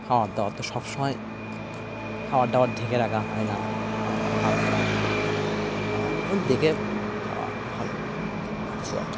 খাবার দাবার তো সবসময় খাবার দাবার ঢেকে রাখা হয় না খাওয়া দাওয়া আলগা হয় দেখে খাওয়া ভালো অ্যাকচুয়েলি